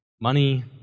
Money